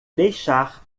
deixar